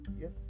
Yes